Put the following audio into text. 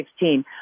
2016